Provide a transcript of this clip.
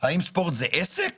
האם ספורט זה עסק